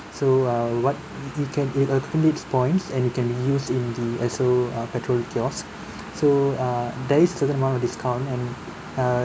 so uh what it can it uh accumulates points and it can be used in the esso uh petrol kiosk so uh that is a certain amount of discount and err